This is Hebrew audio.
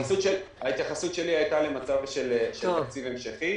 ההתייחסות שלי הייתה למצב של תקציב המשכי.